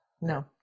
No